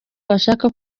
bashaka